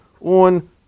on